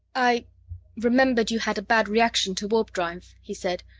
i remembered you had a bad reaction, to warp-drive, he said.